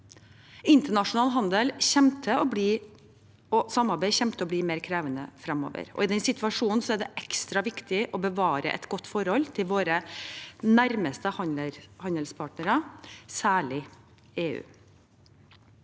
Internasjonal handel og samarbeid kommer til å bli mer krevende framover. Og i den situasjonen er det ekstra viktig å bevare et godt forhold til våre nærmeste handelspartnere, særlig EU.